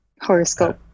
horoscope